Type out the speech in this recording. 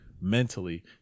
mentally